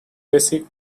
basic